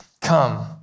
come